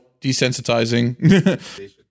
desensitizing